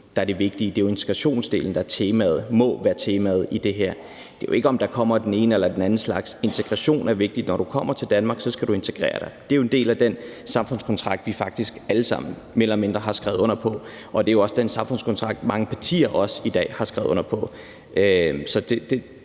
der er den vigtige. Det er integrationsdelen, der må være temaet i det her. Det er jo ikke, om der kommer den ene eller den anden slags. Integration er vigtigt. Når du kommer til Danmark, skal du integrere dig. Det er jo en del af den samfundskontrakt, vi faktisk alle sammen mere eller mindre har skrevet under på, og det er også den samfundskontrakt, mange partier også i dag har skrevet under på.